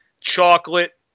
chocolate